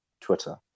twitter